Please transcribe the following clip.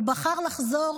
הוא בחר לחזור